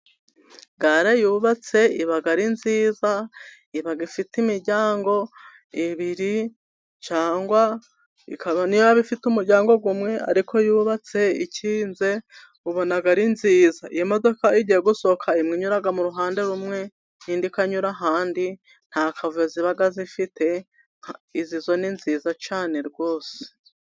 Gare yubatse iba ari nziza, iba ifite imiryango ibiri, cyangwa ikaba ifite umuryango umwe, ariko yubatse ikinze ubona ari nziza, iyo imodoka igiye gosohoka inyura mu ruhande rumwe n'indi ikanyura ahandi, nta kavuyo ziba zifite izi zo ni nziza cyane rwose.